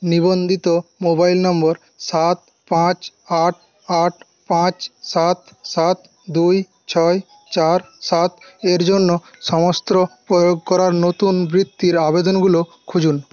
নিবন্ধিত mobile number সাত পাঁচ আট আট পাঁচ সাত সাত দুই ছয় চার সাত এর জন্য সমস্ত প্রয়োগ করার নতুন বৃত্তির আবেদনগুলো খুঁজুন